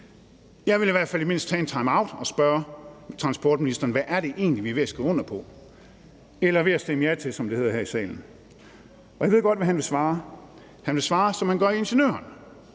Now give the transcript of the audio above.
Jeg ville i hvert fald i det mindste tage en timeout og spørge transportministeren: Hvad er det egentlig, vi er ved at skrive under på eller er ved at stemme ja til, som det hedder her i salen? Jeg ved godt, hvad han vil svare. Han vil svare, som han gør i Ingeniøren: